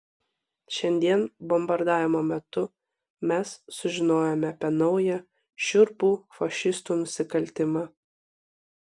šiandien bombardavimo metu mes sužinojome apie naują šiurpų fašistų nusikaltimą